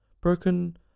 broken